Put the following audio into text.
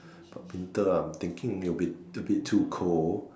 but winter uh I'm thinking a bit a bit too cold